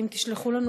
אם תשלחו לנו,